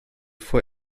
vor